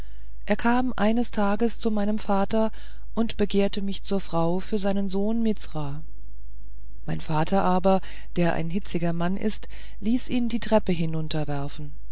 er kam eines tags zu meinem vater und begehrte mich zur frau für seinen sohn mizra mein vater aber der ein hitziger mann ist ließ ihn die treppe hinunterwerfen